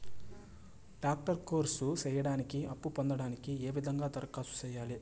Doctor course సేయడానికి అప్పును పొందడానికి ఏ విధంగా దరఖాస్తు సేయాలి?